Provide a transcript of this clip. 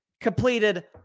completed